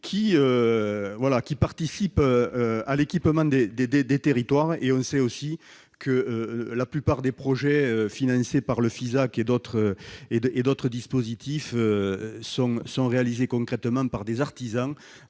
qui participent à l'équipement des territoires. Or on sait que la plupart des projets financés par le FISAC ou d'autres dispositifs sont réalisés concrètement par des artisans.